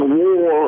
war